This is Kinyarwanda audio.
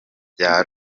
bya